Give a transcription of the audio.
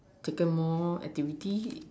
attend more activity